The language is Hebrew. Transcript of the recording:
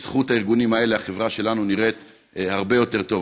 בזכות הארגונים האלה החברה שלנו נראית הרבה יותר טוב,